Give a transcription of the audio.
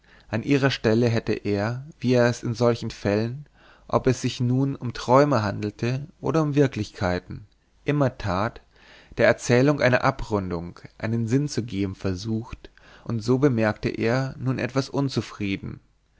an ihrer stelle hätte er wie er es in solchen fällen ob es sich nun um träume handelte oder um wirklichkeiten immer tat der erzählung eine abrundung einen sinn zu geben versucht und so bemerkte er nun etwas unzufrieden